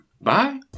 Bye